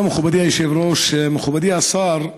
מכובדי היושב-ראש, מכובדי השר,